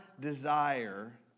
desire